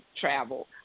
travel